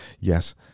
yes